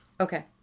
Okay